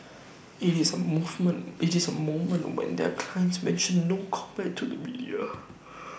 IT is the moment IT is the moment when their clients mention no comment to the media